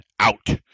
Out